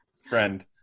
friend